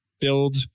build